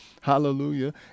hallelujah